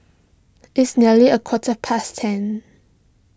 its nearly a quarter past ten